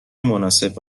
مناسب